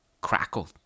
crackle